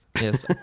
Yes